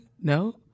No